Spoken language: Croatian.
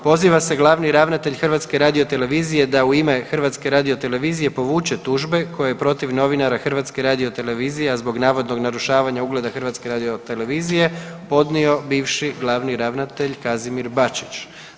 Poziva se glavni ravnatelj HRT-a da u ime HRT-a povuče tužbe koje je protiv novinara HRT-a a zbog navodnog narušavanja ugleda HRT-a podnio bivši glavni ravnatelj Kazimir Bačić.